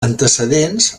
antecedents